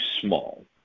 small